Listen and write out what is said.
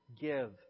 give